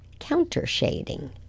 countershading